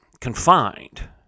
confined